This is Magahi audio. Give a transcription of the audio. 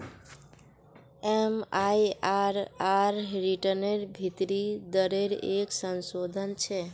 एम.आई.आर.आर रिटर्नेर भीतरी दरेर एक संशोधन छे